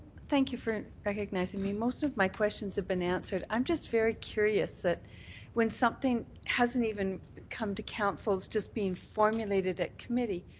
thank you for recognizing me. most of my questions have been answered. i'm just very curious that when something hasn't even come to council, just being formulated at committee,